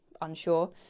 unsure